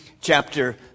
chapter